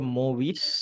movies